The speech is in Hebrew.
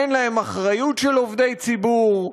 אין להם אחריות של עובדי ציבור,